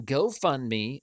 GoFundMe